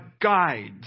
guides